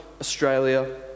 Australia